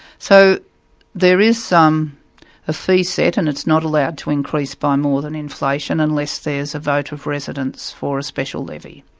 so there is a fee set, and it's not allowed to increase by more than inflation, unless there's a vote of residents for a special levy.